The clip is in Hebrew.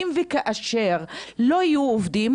אם וכאשר הם לא יהיו עובדים,